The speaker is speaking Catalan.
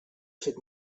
fet